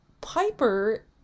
Piper